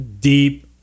deep